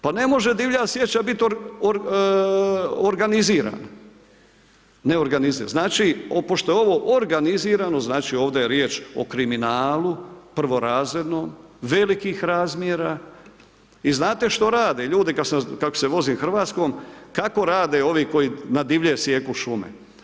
Pa ne može divlja sjeća bit organizirana, neorganizirana, znači pošto je ovo organizirano znači ovdje je riječ o kriminalu prvorazrednom, velikih razmjera i znate što rade ljudi, kako se vozim Hrvatskom, kako rade ovi koji na divlje sijeku šume.